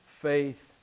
faith